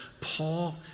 Paul